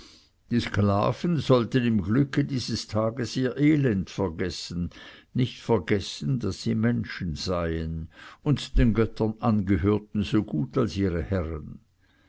die sklaven sollten im glücke dieses tages ihr elend vergessen nicht vergessen daß sie menschen seien und den göttern angehörten so gut als ihre herren